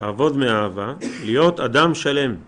עבוד מאהבה, להיות אדם שלם